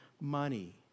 money